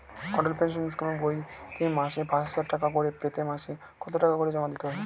অটল pension স্কিমের বইতে মাসে পাঁচ হাজার টাকা করে পেতে মাসে কত টাকা করে জমা দিতে হবে?